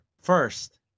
first